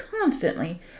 constantly